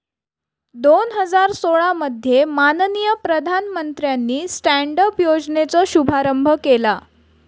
दोन हजार सोळा मध्ये माननीय प्रधानमंत्र्यानी स्टॅन्ड अप योजनेचो शुभारंभ केला